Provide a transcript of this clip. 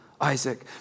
Isaac